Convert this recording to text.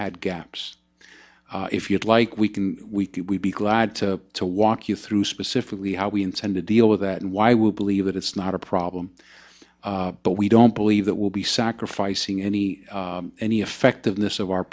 had gaps if you'd like we can we can we be glad to to walk you through specifically how we intend to deal with that and why we believe that it's not a problem but we don't believe that will be sacrificing any any effectiveness of our